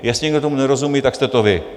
Jestli někdo tomu nerozumí, tak jste to vy.